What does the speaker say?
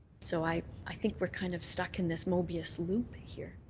so i i think we're kind of stuck in this mobius loop here.